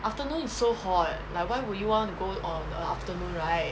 afternoon is so hot like why would you want to go on a afternoon right